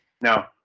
no